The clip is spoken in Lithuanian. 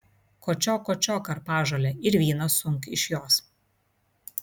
kočiok kočiok karpažolę ir vyną sunk iš jos